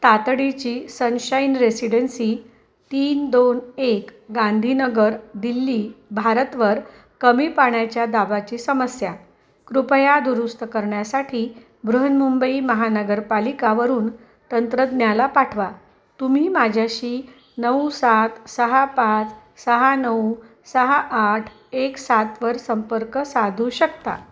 तातडीची Sunshine Residency तीन दोन एक गांधीनगर दिल्ली भारतवर कमी पाण्याच्या दाबाची समस्या कृपया दुरुस्त करण्यासाठी बृहन्मुंबई महानगरपालिकावरून तंत्रज्ञाला पाठवा तुम्ही माझ्याशी नऊ सात सहा पाच सहा नऊ सहा आठ एक सातवर संपर्क साधू शकता